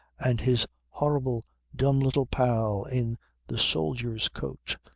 and his horrible dumb little pal in the soldier's coat,